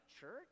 church